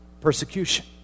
persecution